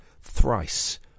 thrice